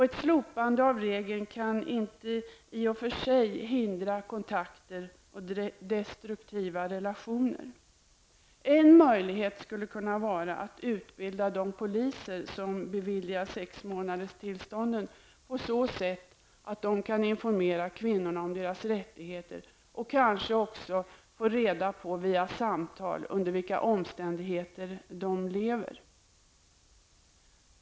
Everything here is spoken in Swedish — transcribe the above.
Ett slopande av regeln kan inte i och för sig hindra kontakter eller destruktiva relationer. En möjlighet kan kanske vara att utbilda de poliser som beviljar sexmånaderstillstånden på så sätt att de kan informera kvinnorna om deras rättigheter och kanske också via samtal få reda på under vilka omständigheter de lever.